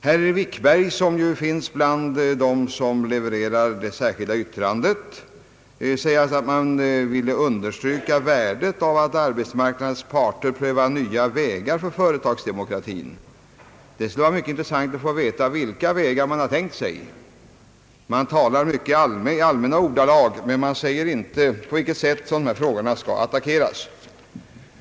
Herr Wikberg, som finns med bland dem som har levererat det särskilda yttrandet, säger att man vill understryka värdet av att arbetsmarknadens parter »prövar nya vägar för företagsdemokratin». Det skulle vara mycket intressant att få veta vilka vägar man har tänkt sig. Man uttrycker sig i mycket allmänna ordalag men anger inte på vilket sätt dessa problem skall attackeras.